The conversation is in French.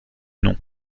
non